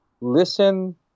listen